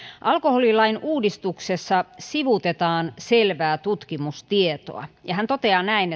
alkoholilain uudistuksessa sivuutetaan selvää tutkimustietoa ja hän toteaa näin